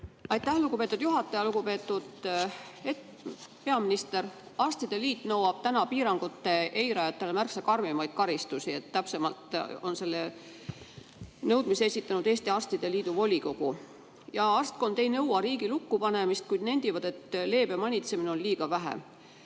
Aitäh, lugupeetud juhataja! Lugupeetud peaminister! Arstide liit nõuab täna piirangute eirajatele märksa karmimaid karistusi. Täpsemalt on selle nõudmise esitanud Eesti Arstide Liidu volikogu. Arstkond ei nõua riigi lukku panemist, kuid nad nendivad, et leebe manitsemine on liiga vähe.